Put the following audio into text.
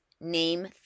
Name